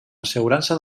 assegurança